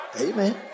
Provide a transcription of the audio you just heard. Amen